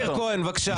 מאיר כהן, משפט, בבקשה.